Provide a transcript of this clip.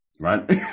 right